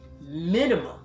minimum